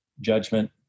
judgment